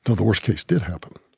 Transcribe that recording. the worst case did happen.